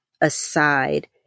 aside